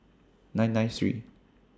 nine nine three